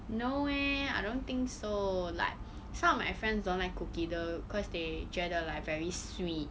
no eh I don't think so like some of my friends don't like cookie dough cause they 觉得 like very sweet